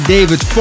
David